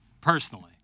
Personally